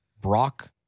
Brock